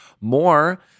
more